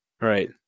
Right